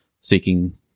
seeking